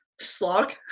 slog